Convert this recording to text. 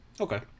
Okay